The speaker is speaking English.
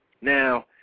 Now